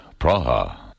Praha